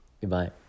goodbye